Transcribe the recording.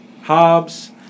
Hobbes